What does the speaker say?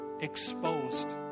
exposed